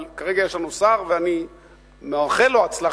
אבל כרגע יש לנו שר ואני מאחל לו הצלחה,